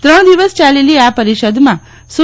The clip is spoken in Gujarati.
ત્રણ દિવસ ચાલેલી આ પરિષદમાં સુ